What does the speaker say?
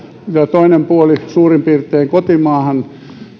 toinen puoli suurin piirtein kotimaahan